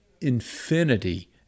infinity